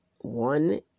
One